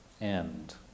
end